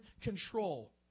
control